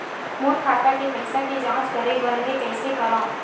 मोर खाता के पईसा के जांच करे बर हे, कइसे करंव?